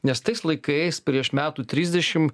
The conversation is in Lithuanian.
nes tais laikais prieš metų trisdešimt